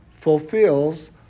fulfills